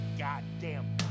goddamn